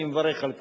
ואני מברך על כך.